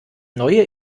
neue